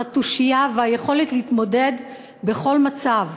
על התושייה והיכולת להתמודד בכל מצב,